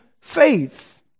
faith